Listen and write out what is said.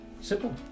Simple